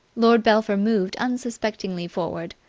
lord belpher moved unsuspectingly forward.